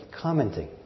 commenting